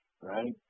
right